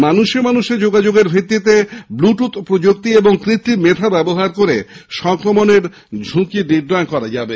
মানুষে মানুষে যোগাযোগের ভিত্তিতে ব্ল টুথ প্রযুক্তি এবং কৃত্রিম মেধা ব্যবহার করে সংক্রমণের ঝুঁকি নির্ণয় করা যাবে